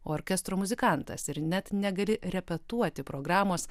o orkestro muzikantas ir net negali repetuoti programos